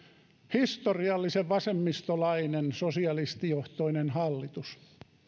historiallisen vasemmistolainen sosialistijohtoinen hallitus